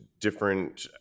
different